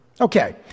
Okay